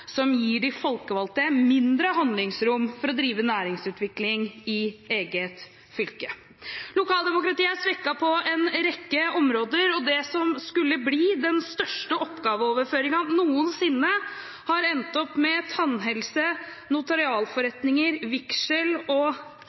som gir de folkevalgte mindre handlingsrom for å drive næringsutvikling i eget fylke. Lokaldemokratiet er svekket på en rekke områder, og det som skulle bli den største oppgaveoverføringen noensinne, har endt med tannhelse, notarialforretninger,